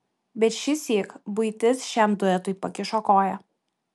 bet šįsyk buitis šiam duetui pakišo koją